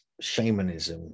shamanism